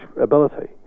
ability